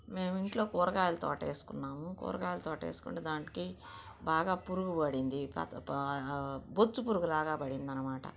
మేము ఇంట్లో కూరగాయల తోట వేసుకున్నాము కూరగాయల తోట వేసుకుంటే దానికి బాగా పురుగు పడింది కాత బొచ్చు పురుగులాగా పడింది అనమాట